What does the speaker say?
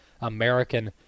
American